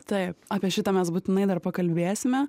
taip apie šitą mes būtinai dar pakalbėsime